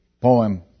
poem